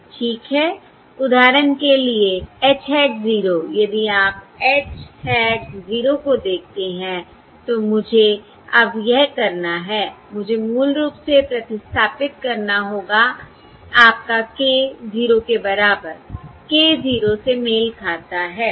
ठीक है उदाहरण के लिए H hat 0 यदि आप H hat 0 को देखते हैं तो मुझे अब यह करना है मुझे मूल रूप से प्रतिस्थापित करना होगा आपका k 0 के बराबर k 0 से मेल खाता है